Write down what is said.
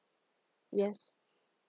yes